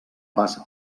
pas